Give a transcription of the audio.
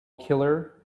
killer